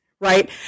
right